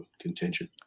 contention